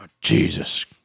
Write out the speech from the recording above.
Jesus